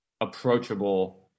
approachable